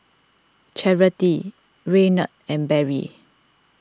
Charity Reynold and Barry